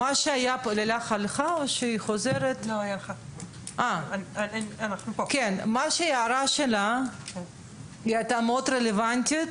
של לילך הייתה מאוד רלוונטית.